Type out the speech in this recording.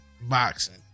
boxing